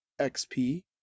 XP